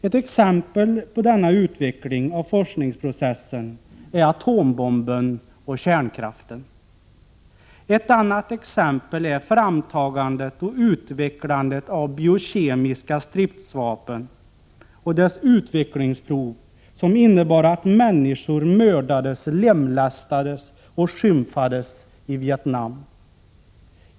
Ett exempel på denna utveckling av forskningsprocessen är atombomben och kärnkraften. Ett annat exempel är framtagandet och utvecklandet av biokemiska stridsvapen och deras utvecklingsprov, som innebar att människor mördades, lemlästades och skymfades i Vietnam.